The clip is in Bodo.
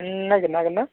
नों नागिरनो ना